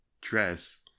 dress